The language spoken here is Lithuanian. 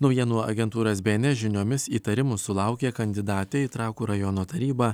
naujienų agentūros bns žiniomis įtarimų sulaukė kandidatė į trakų rajono tarybą